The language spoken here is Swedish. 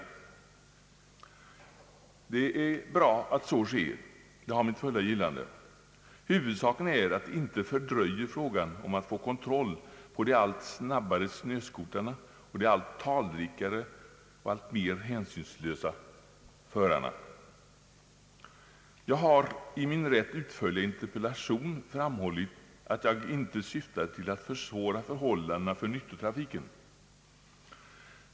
Det är bra att så sker, det har mitt fulla gillande. Huvudsaken är att det inte fördröjer frågan om att få kontroll på de allt snabbare snöscooters och de allt talrikare och alltmer hänsynslösa förarna. Jag har i min rätt utförliga interpellation framhållit att jag inte syftar till att försvåra förhållandena för nyttotrafiken.